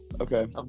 Okay